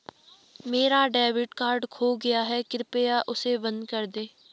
मेरा debit card खो गया है, कृपया उसे बंद कर दें